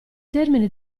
termine